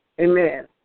Amen